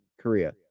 Korea